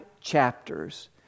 chapters